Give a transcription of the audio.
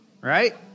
right